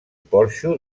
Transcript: porxo